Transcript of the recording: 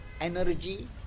energy